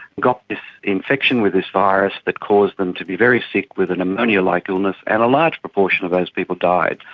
got this infection with this virus that caused them to be very sick with a pneumonia-like illness, and a large proportion of those people died,